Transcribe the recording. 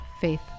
faith